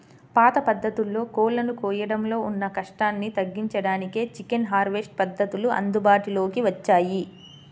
పాత పద్ధతుల్లో కోళ్ళను కోయడంలో ఉన్న కష్టాన్ని తగ్గించడానికే చికెన్ హార్వెస్ట్ పద్ధతులు అందుబాటులోకి వచ్చాయి